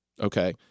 Okay